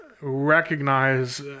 recognize